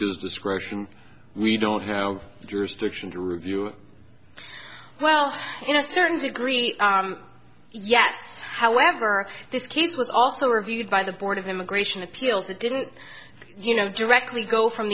his discretion we don't have jurisdiction to review well in a certain degree yet however this case was also reviewed by the board of immigration appeals that didn't you know directly go from